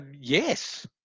Yes